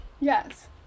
Yes